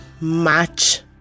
match